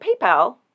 PayPal